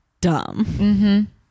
dumb